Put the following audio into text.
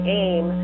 aim